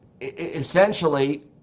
essentially